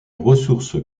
ressources